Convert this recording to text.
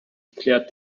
declared